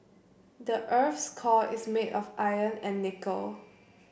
the earth's core is made of iron and nickel